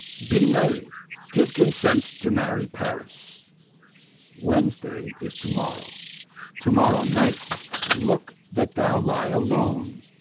be merry give consent to marry paris wednesday is to-morrow to-morrow night look that thou lie alone,